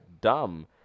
dumb